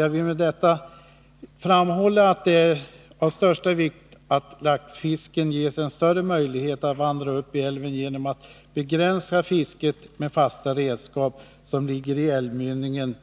Jag vill med detta framhålla att det är av största vikt att laxfisken ges större möjligheter att vandra uppåt i älvarna genom att man begränsar fisket med fasta redskap som ligger i älvmynningen